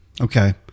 okay